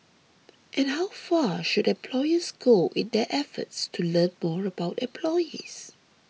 and how far should employers go in their efforts to learn more about employees